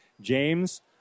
james